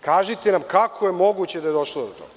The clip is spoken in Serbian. Kažite nam, kako je moguće da je došlo do toga?